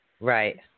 Right